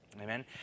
Amen